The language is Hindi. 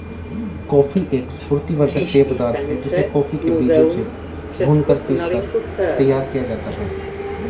कॉफी एक स्फूर्ति वर्धक पेय पदार्थ है जिसे कॉफी के बीजों से भूनकर पीसकर तैयार किया जाता है